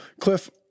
Cliff